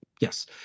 yes